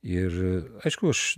ir aišku aš